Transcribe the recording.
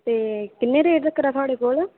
ते किन्ने रपेऽ ऐ थुआढ़े कोल